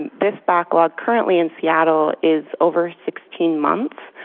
this backlog currently in seattle is over sixteen months,